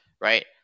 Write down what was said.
right